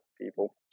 people